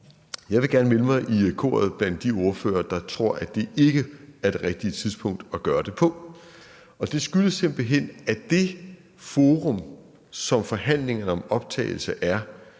Jeg vil gerne melde mig i koret blandt de ordførere, der tror, at det ikke er det rigtige tidspunkt at gøre det på, og det skyldes simpelt hen, at det forum, som forhandlingerne om optagelse